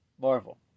Marvel